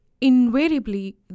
invariably